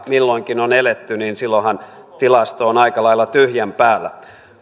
milloinkin on eletty niin silloinhan tilasto on aika lailla tyhjän päällä